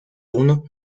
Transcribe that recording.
uno